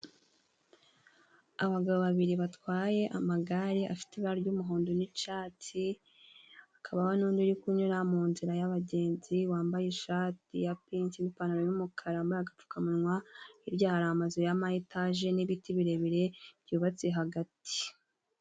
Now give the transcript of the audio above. Abagabo babiri batwaye amagare afite ibara ry'umuhondo n'icyatsi kabaho n'undi uri kunyura munzira y'abagenzi bambaye ishati ya pinki n'ipantaro y'umukara, agapfukamunwa. Hirya hari amazu y'ama etaje n'ibiti birebire byubatse hagati.